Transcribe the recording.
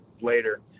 later